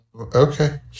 okay